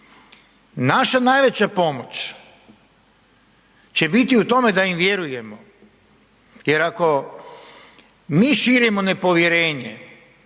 Naša najveća pomoć će biti u tome da im vjerujemo, jer ako mi širimo nepovjerenje,